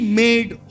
made